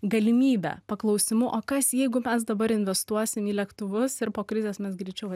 galimybe paklausimu o kas jeigu mes dabar investuosim į lėktuvus ir po krizės mes greičiau